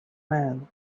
man